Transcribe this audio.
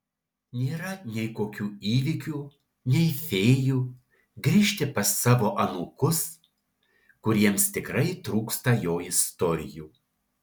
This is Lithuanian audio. nėra nei kokių įvykių nei fėjų grįžti pas savo anūkus kuriems tikrai trūksta jo istorijų